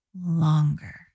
longer